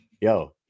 yo